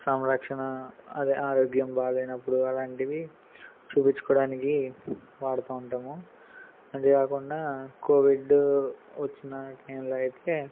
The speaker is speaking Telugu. సంరక్షణ అదే ఆరోగ్యం బాగాలేనప్పుడు అలాంటివి చూపిచ్చుకోవడానికి వాడుతూ ఉంటాము అంతే కాకుండా కోవిడ్ వచ్చిన టైంలో అయితే